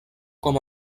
com